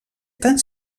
tan